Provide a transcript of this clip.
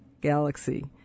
galaxy